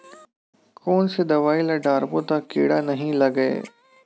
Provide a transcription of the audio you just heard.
कोन से दवाई ल डारबो त कीड़ा नहीं लगय?